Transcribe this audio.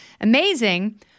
amazing—